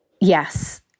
Yes